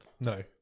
No